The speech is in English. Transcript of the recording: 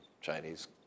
Chinese